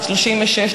בת 36,